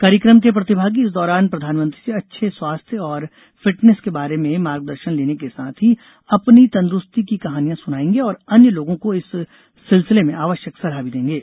कार्यक्रम के प्रतिभागी इस दौरान प्रधानमंत्री से अच्छे स्वास्थ्य और फिटनेस के बारे में मार्गदर्शन लेने के साथ ही अपनी तंदुरुस्ती की कहानियां सुनाएंगे और अन्य लोगों को इस सिलसिले में आवश्यक सलाह भी देंगे